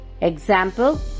example